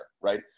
right